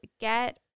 Get